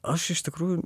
aš iš tikrųjų